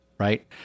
Right